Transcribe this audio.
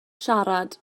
siarad